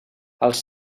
els